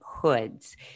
hoods